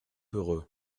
heureux